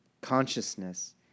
Consciousness